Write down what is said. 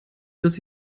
dass